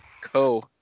Co